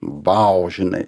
vau žinai